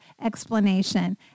explanation